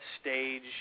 stage